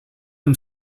him